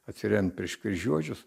atsiremt prieš kryžiuočius